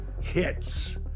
hits